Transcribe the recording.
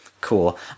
Cool